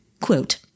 Quote